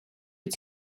від